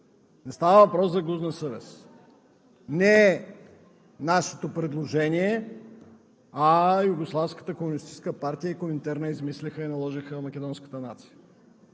Не става въпрос за гузна съвест. Не нашето предложение, а Югославската комунистическа партия и Коминтерна измислиха и наложиха македонската нация.